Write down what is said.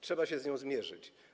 Trzeba się z nią zmierzyć.